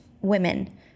women